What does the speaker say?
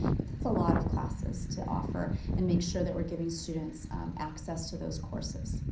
but that's a lot of classes to offer, and make sure that we're giving students access to those courses.